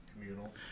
Communal